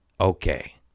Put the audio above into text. okay